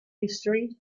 history